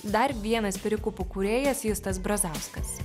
dar vienas perikupų kūrėjas justas brazauskas